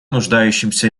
нуждающимся